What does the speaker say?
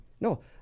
No